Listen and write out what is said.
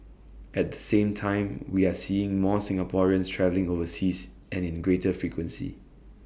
at the same time we are seeing more Singaporeans travelling overseas and in greater frequency